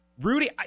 Rudy